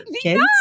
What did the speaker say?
kids